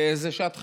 זו שעת חירום.